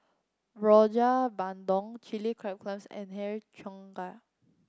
Rojak Bandung Chilli and Har Cheong Gai